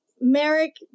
Merrick